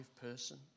person